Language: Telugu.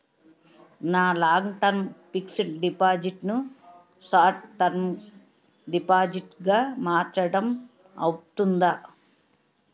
నా లాంగ్ టర్మ్ ఫిక్సడ్ డిపాజిట్ ను షార్ట్ టర్మ్ డిపాజిట్ గా మార్చటం అవ్తుందా?